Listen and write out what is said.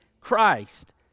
Christ